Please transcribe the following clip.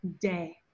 day